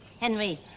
Henry